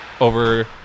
over